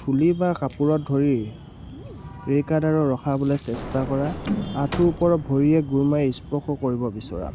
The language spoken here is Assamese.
ফুলি বা কাপোৰত ধৰি ৰেকাদাৰক ৰখাবলৈ চেষ্টা কৰা আঁঠুৰ ওপৰত ভৰিৰে গোৰ মাৰি স্পৰ্শ কৰিব বিচৰা